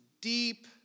deep